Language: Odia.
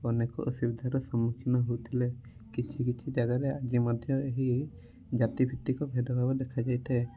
ଅନେକ ଅସୁବିଧାର ସମ୍ମୁଖୀନ ହେଉଥିଲେ କିଛି କିଛି ଜାଗାରେ ଆଜି ମଧ୍ୟ ଏହି ଜାତିଭିତ୍ତିକ ଭେଦଭାବ ଦେଖାଯାଇଥାଏ